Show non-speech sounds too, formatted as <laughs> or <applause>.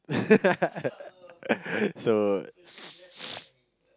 <laughs> so <noise>